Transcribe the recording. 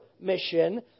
mission